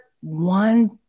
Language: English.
one